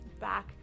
back